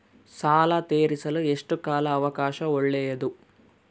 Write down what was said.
ಸಾಲ ತೇರಿಸಲು ಎಷ್ಟು ಕಾಲ ಅವಕಾಶ ಒಳ್ಳೆಯದು?